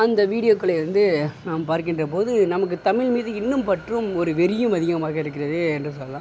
அந்த வீடியோக்களை வந்து நாம் பார்க்கின்ற போது நமக்கு தமிழ் மீது இன்னும் பற்றும் ஒரு வெறியும் அதிகமாக இருக்கிறது என்று சொல்லலாம்